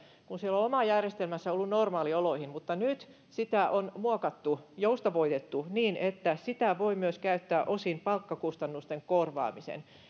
siellä on oma järjestelmänsä ollut normaalioloihin mutta nyt sitä on muokattu joustavoitettu niin että sitä voi myös käyttää osin palkkakustannusten korvaamiseen